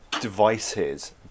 devices